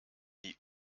die